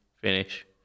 finish